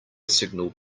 signal